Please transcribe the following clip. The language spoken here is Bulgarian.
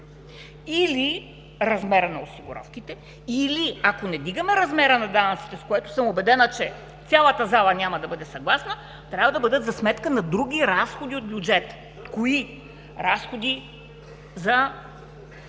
или размера на осигуровките, или ако не вдигаме размера на данъците, с което съм убедена, че цялата зала няма да бъде съгласна, трябва да бъдат за сметка на други разходи от бюджета. Кои – разходи за